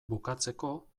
bukatzeko